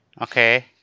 okay